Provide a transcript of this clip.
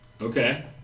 Okay